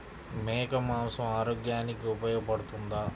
మేక మాంసం ఆరోగ్యానికి ఉపయోగపడుతుందా?